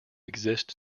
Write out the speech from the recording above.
exist